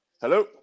Hello